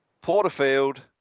Porterfield